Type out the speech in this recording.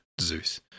Zeus